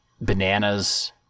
bananas